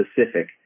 specific